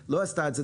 לא עשתה את זה.